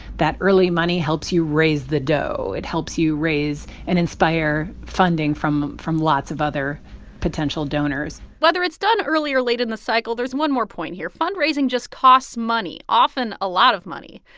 that early money helps you raise the dough. it helps you raise and inspire funding from from lots of other potential donors whether it's done early or late in the cycle, there's one more point here. fundraising just costs money often, a lot of money.